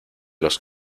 los